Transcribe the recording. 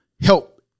help